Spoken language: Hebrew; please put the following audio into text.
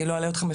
לא אלאה אתכם,